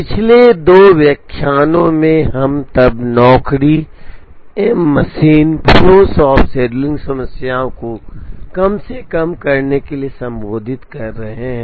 पिछले दो व्याख्यानों में हम तब नौकरी M machine flow shop scheduling समस्या को कम से कम करने के लिए संबोधित कर रहे हैं